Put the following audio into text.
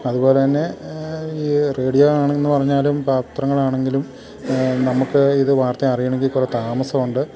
അതുപോലെ തന്നെ ഈ റേഡിയോ ആണെന്ന് പറഞ്ഞാലും പാത്രങ്ങളാണെങ്കിലും നമുക്ക് ഇത് വാർത്ത അറിയണമെങ്കിൽ കുറെ താമസമുണ്ട്